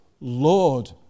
Lord